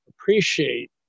appreciate